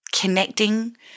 connecting